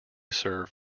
serve